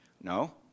No